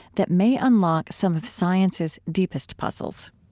that may unlock some of science's deepest puzzles